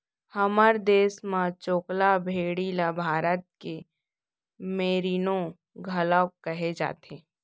हमर देस म चोकला भेड़ी ल भारत के मेरीनो घलौक कहे जाथे